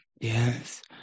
Yes